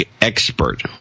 expert